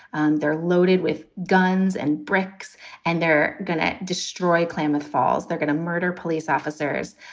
and they're loaded with guns and bricks and they're going to destroy klamath falls. they're going to murder police officers.